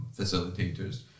facilitators